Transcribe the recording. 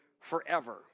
forever